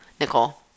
Nicole